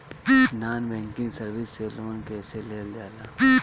Non banking service से loan कैसे लेल जा ले?